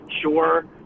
sure